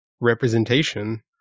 representation